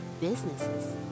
businesses